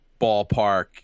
ballpark